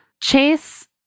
Chase